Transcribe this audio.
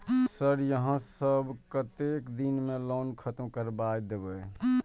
Sir यहाँ सब कतेक दिन में लोन खत्म करबाए देबे?